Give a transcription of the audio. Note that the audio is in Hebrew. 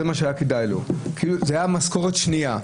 זה היה כדאי להם כי זאת הייתה משכורת שנייה.